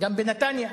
וגם בנתניה.